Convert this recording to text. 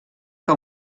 que